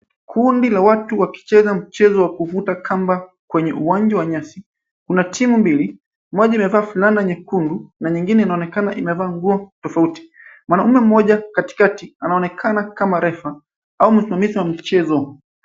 Kundi la watu wakicheza mchezo wa kuvuta kamba kwenye uwanja wa nyasi. Kuna timu mbili, moja imevaa fulana nyekundu na nyingine inaonekana inavaa nguo tofauti. Mwanaume mmoja katikati anaonekana kama refa au msimamizi wa mchezo.